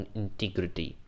integrity